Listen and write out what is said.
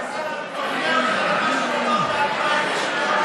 אדוני השר,